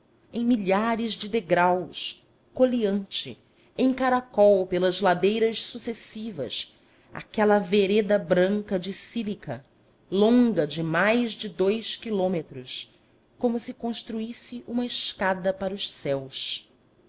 em milhares de degraus coleante em caracol pelas ladeiras sucessivas aquela vereda branca de sílica longa de mais de dous quilômetros como se construísse uma escada para os céus